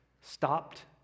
stopped